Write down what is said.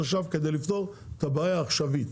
עכשיו כדי לפתור את הבעיה העכשווית.